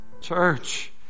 Church